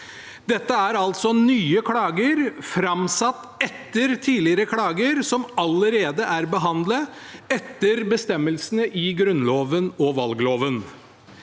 Dette er altså nye klager framsatt etter tidligere klager, som allerede er behandlet etter bestemmelsene i Grunnloven og valgloven.